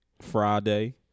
Friday